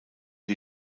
die